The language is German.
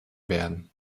werden